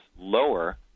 lower